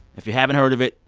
if you haven't heard of it,